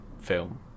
film